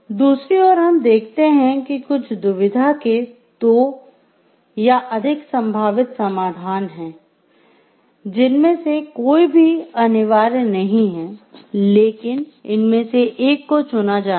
दूसरी ओर हम देखते है कि कुछ दुविधा के दो या अधिक संभावित समाधान हैं जिनमें से कोई भी अनिवार्य नहीं है लेकिन इनमें से एक को चुना जाना है